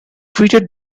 treated